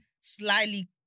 slightly